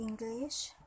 English